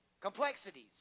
complexities